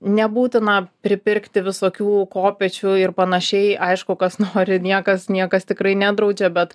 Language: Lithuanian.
nebūtina pripirkti visokių kopėčių ir panašiai aišku kas nori ir niekas niekas tikrai nedraudžia bet